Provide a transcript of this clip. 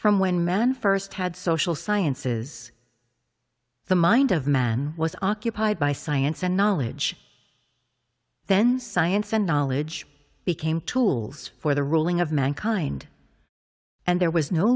from when man first had social sciences the mind of man was occupied by science and knowledge then science and knowledge became tools for the ruling of mankind and there was no